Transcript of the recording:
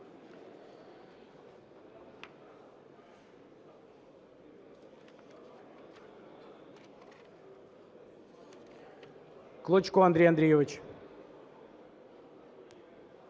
Клочко Андрій Андрійович.